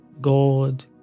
God